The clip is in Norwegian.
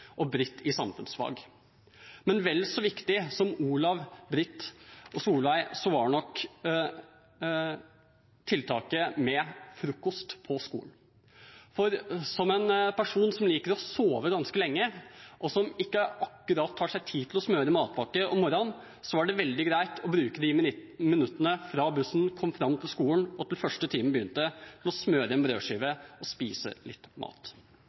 og Britt i samfunnsfag. Men vel så viktig som Olav, Britt og Solveig var nok tiltaket med frokost på skolen. For som en person som liker å sove ganske lenge, og som ikke akkurat tar seg tid til å smøre matpakke om morgenen, så var det veldig greit å bruke de minuttene fra bussen kom fram til skolen og til første time begynte, med å smøre en brødskive og spise litt mat.